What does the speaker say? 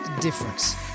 difference